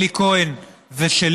אלי כהן ושלי,